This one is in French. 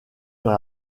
dans